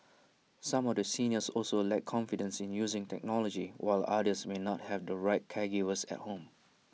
some of the seniors also lack confidence in using technology while others may not have the right caregivers at home